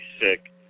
sick